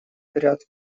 ряд